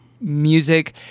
music